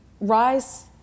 rise